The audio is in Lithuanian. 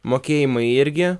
mokėjimai irgi